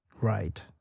Right